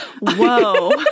whoa